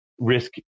risk